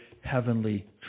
heavenly